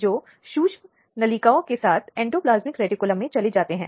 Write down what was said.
कई बार पीड़ितों को खुद जिम्मेदार ठहराया जाता है